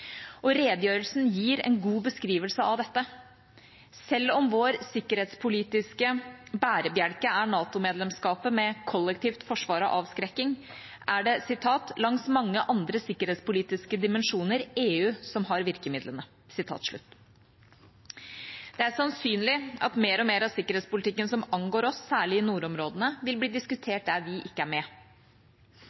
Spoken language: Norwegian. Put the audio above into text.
Redegjørelsen gir en god beskrivelse av dette. Selv om vår sikkerhetspolitiske bærebjelke er NATO-medlemskapet med kollektivt forsvar og avskrekking, er det slik at «langs mange andre sikkerhetspolitiske dimensjoner er det EU som har virkemidlene». Det er sannsynlig at mer og mer av sikkerhetspolitikken som angår oss, særlig i nordområdene, vil bli diskutert der vi ikke er med.